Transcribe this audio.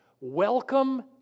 Welcome